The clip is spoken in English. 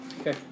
Okay